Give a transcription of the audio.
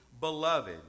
beloved